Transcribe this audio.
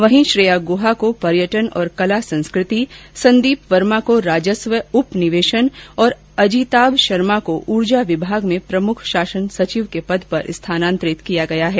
वहीं श्रेया गुहा का पर्यटन और कला संस्कृति संदीप वर्मा का राजस्व उप निवेशन और अजिताभ शर्मा का ऊर्जा विभाग में प्रमुख शासन सचिव के पद पर स्थानान्तरण किया गया है